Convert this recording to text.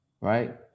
Right